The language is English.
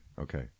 Okay